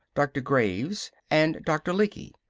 doctor graves, and doctor lecky.